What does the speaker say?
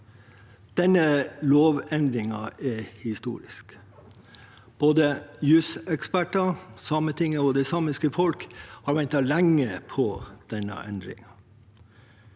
Denne lovendringen er historisk. Både juseksperter, Sametinget og det samiske folk har ventet lenge på denne endringen.